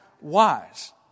wise